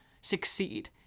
succeed